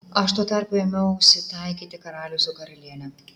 aš tuo tarpu ėmiausi taikyti karalių su karaliene